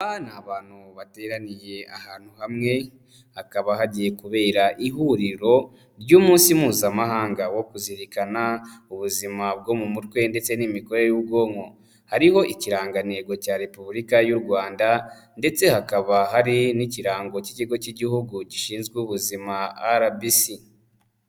Aba ni abantu bateraniye ahantu hamwe hakaba hagiye kubera ihuriro ry'Umunsi Mpuzamahanga wo kuzirikana ubuzima bwo mu mutwe ndetse n'imikorere y'ubwonko. Hariho ikirangantego cya Repubulika y'u Rwanda ndetse hakaba hari n'ikirango cy'kigo cy'Igihugu gishinzwe ubuzima RBC.